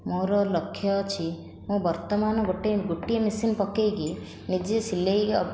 ମୋର ଲକ୍ଷ୍ୟ ଅଛି ମୁଁ ବର୍ତ୍ତମାନ ଗୋଟିଏ ଗୋଟିଏ ମେସିନ୍ ପକାଇକି ନିଜେ ସିଲେଇ